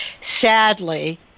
sadly